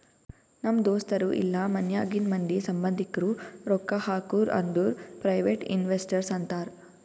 ನಮ್ ದೋಸ್ತರು ಇಲ್ಲಾ ಮನ್ಯಾಗಿಂದ್ ಮಂದಿ, ಸಂಭಂದಿಕ್ರು ರೊಕ್ಕಾ ಹಾಕುರ್ ಅಂದುರ್ ಪ್ರೈವೇಟ್ ಇನ್ವೆಸ್ಟರ್ ಅಂತಾರ್